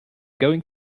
going